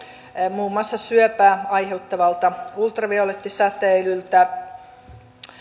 muun muassa syöpää aiheuttavalta ultraviolettisäteilyltä